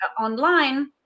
online